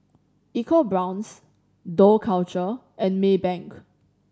EcoBrown's Dough Culture and Maybank